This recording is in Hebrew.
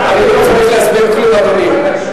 אני לא צריך להסביר כלום, אדוני.